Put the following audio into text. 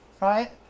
right